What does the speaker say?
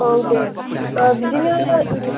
औ दे बिदिनो